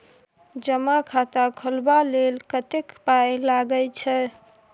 जमा खाता खोलबा लेल कतेक पाय लागय छै